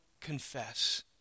confess